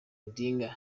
odinga